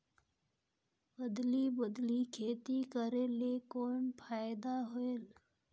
अदली बदली खेती करेले कौन फायदा होयल?